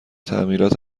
تعمیرات